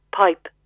pipe